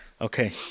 Okay